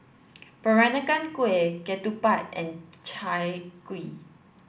Peranakan Kueh Ketupat and Chai Kuih